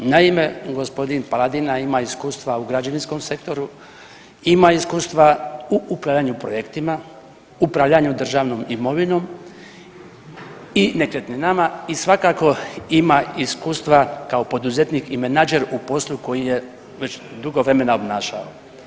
Naime, gospodin Paladina ima iskustva u građevinskom sektoru, ima iskustva u upravljanju projektima, upravljanju državnom imovinom i nekretninama i svakako ima iskustva kao poduzetnik i menadžer u poslu koji je već dugo vremena obnašao.